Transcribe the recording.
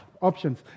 options